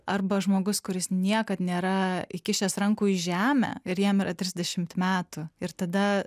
arba žmogus kuris niekad nėra įkišęs rankų į žemę ir jam yra trisdešimt metų ir tada